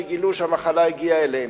שגילו שהמחלה הגיעה אליהם.